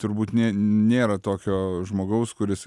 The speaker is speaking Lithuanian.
turbūt nė nėra tokio žmogaus kuris